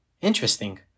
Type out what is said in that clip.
Interesting